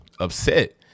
upset